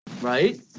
Right